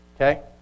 Okay